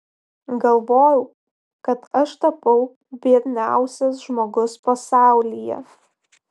galvojau kad aš tapau biedniausias žmogus pasaulyje